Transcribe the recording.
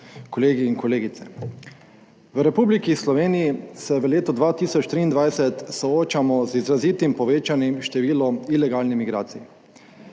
V Republiki Sloveniji se v letu 2023 soočamo z izrazitim povečanim številom ilegalnih migracij.